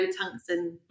tungsten